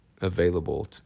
available